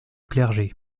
clergé